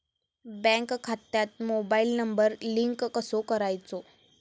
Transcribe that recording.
Bank खात्यात mobile number link कसो करायचो?